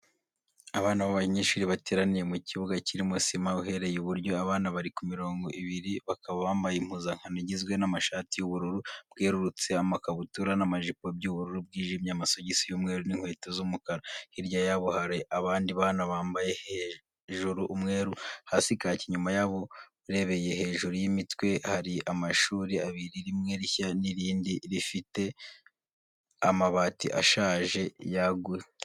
Abana b'abanyeshuri bateraniye mu kibuga kirimo sima. Uhereye iburyo, abana bari ku mirongo ibiri bakaba bambaye impuzankano igizwe n'amashati y'ubururu bwerurutse, amakabutura n'amajipo by'ubururu bwijimye, amasogisi y'umweru n'inkweto z'umukara. Hirya ya bo hari abandi bana bambaye hejuru umweru, hasi kaki. Inyuma yabo, urebeye hejuru y'imitwe, hari amashuri abiri, rimwe rishya n'irindi rifite amabati ashaje yaguye umugese ryegeranye n'ibiti.